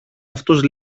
αυτός